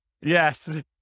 Yes